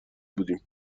بودیم